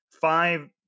five